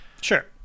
Sure